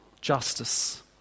justice